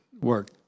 work